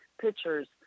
Pictures